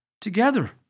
together